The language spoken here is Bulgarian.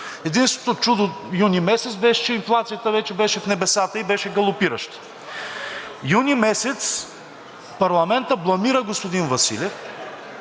Единственото чудо юни месец беше, че инфлацията вече беше в небесата и беше галопираща. Юни месец парламентът бламира господин Василев